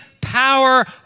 power